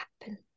happen